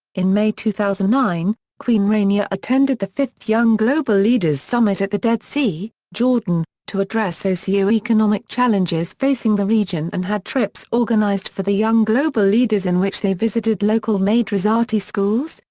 in may two thousand and nine, queen rania attended the fifth young global leaders summit at the dead sea, jordan, to address socio-economic challenges facing the region and had trips organized for the young global leaders in which they visited local madrasati schools,